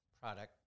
product